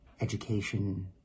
education